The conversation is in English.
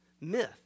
myth